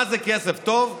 מה זה כסף טוב?